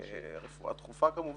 רפואה דחופה כמובן,